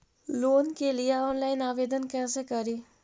Loan के लिये online आवेदन कैसे करि?